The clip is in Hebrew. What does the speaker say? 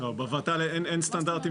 בוודאי שלא, אין שום סטנדרטים.